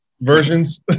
versions